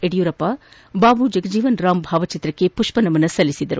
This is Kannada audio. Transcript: ಯಡಿಯೂರಪ್ಪ ಬಾಬು ಜಗಜೀವನ ರಾಮ್ ಭಾವಚಿತ್ರಕ್ಕೆ ಪುಷ್ಪನಮನ ಸಲ್ಲಿಸಿದರು